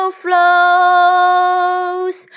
flows